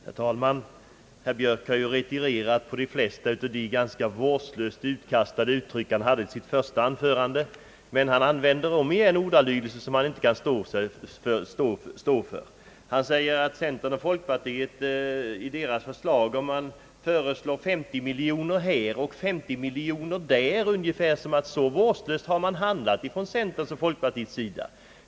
Herr talman! Herr Björk har ju retirerat beträffande de flesta av de ganska vårdslöst utkastade uttryck som han förde fram i sitt första anförande, men han använder omigen ordalydelser som han inte kan stå för. Han säger att centern och folkpartiet föreslår 50 miljorner här och 50 miljoner där ungefär som att så vårdslöst har man handlat från centerns och folkpartiets sida.